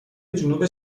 جنوب